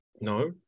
No